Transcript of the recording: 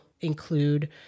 include